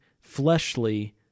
fleshly